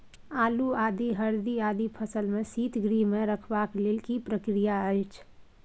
आलू, आदि, हरदी आदि फसल के शीतगृह मे रखबाक लेल की प्रक्रिया अछि?